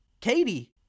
Katie